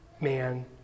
man